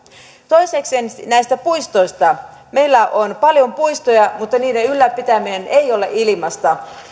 toisekseen näistä puistoista meillä on paljon puistoja mutta niiden ylläpitäminen ei ole ilmaista